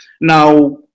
Now